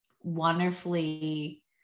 wonderfully